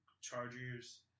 Chargers